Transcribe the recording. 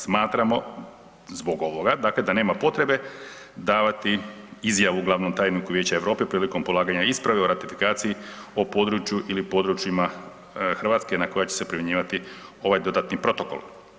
Smatramo zbog ovoga, dakle da nema potrebe davati izjavu glavnom tajniku Vijeća Europe prilikom polaganja isprave o ratifikaciji o području ili područjima Hrvatske na koja će se primjenjivati ovaj dodatni protokol.